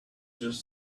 just